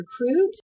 recruit